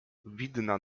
widna